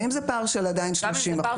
ואם זה פער של עדיין 30%,